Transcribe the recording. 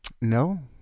no